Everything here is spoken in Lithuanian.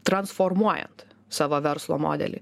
transformuojant savo verslo modelį